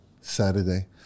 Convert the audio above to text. Saturday